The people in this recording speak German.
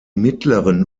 mittleren